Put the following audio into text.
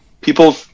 People